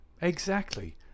Exactly